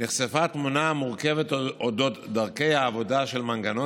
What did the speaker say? נחשפה תמונה מורכבת של דרכי העבודה של מנגנון